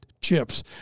chips